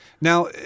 Now